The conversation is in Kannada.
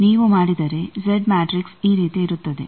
ನೀವು ಮಾಡಿದರೆ ಜೆಡ್ ಮ್ಯಾಟ್ರಿಕ್ಸ್ ಈ ರೀತಿ ಇರುತ್ತದೆ